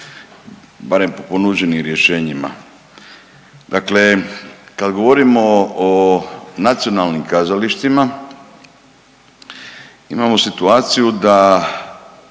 Barem po ponuđenim rješenjima. Dakle kad govorimo o nacionalnim kazalištima, imamo situaciju da